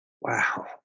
wow